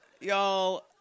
y'all